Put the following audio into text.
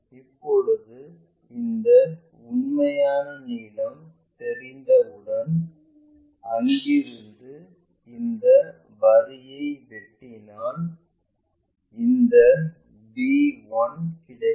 இப்போது அந்த உண்மையான நீளம் தெரிந்தவுடன் அங்கிருந்து இந்த வரியை வெட்டினால் இந்த b1 கிடைக்கும்